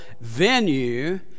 venue